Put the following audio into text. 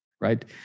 right